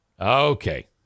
Okay